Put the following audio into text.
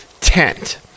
tent